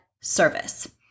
service